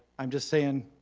i'm just saying,